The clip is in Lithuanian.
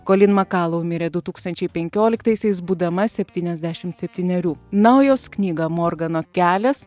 kolin makalau mirė du tūkstančiai penkioliktaisiais būdama septyniasdešimt septynerių na o jos knygą morgano kelias